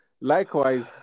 likewise